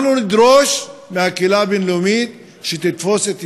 אנחנו נדרוש מהקהילה הבין-לאומית שתתפוס את ישראל,